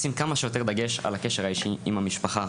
לשים כמה שיותר דגש על הקשר האישי עם המשפחה,